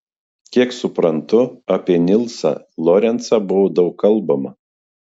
kiek suprantu apie nilsą lorencą buvo daug kalbama